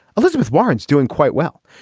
elizabeth warren is doing quite well.